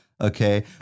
okay